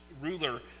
Ruler